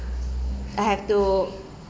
I have to